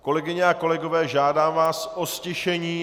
Kolegyně a kolegové, žádám vás o ztišení.